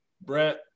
Brett